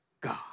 God